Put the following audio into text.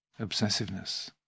obsessiveness